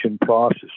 process